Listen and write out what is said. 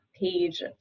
page